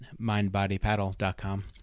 mindbodypaddle.com